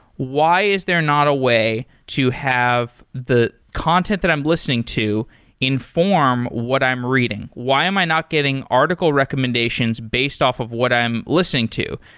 why is there not a way to have the content that i'm listening to inform what i'm reading? why am i not getting article recommendations based off of what i am listening to?